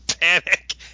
panic